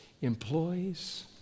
employees